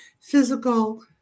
physical